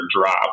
drop